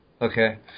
Okay